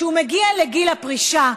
כשהוא מגיע לגיל הפרישה,